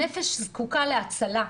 הנפש זקוקה להצלה.